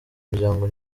umuryango